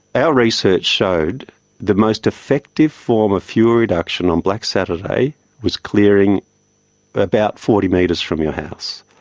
our research showed the most effective form of fuel reduction on black saturday was clearing about forty metres from your house.